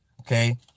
okay